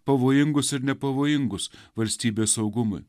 pavojingus ir nepavojingus valstybės saugumui